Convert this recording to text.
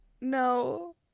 no